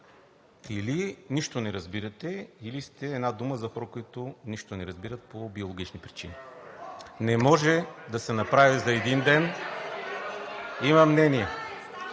Или нищо не разбирате, или сте една дума за хора, които нищо не разбират по биологични причини. Не може да се направи за един ден...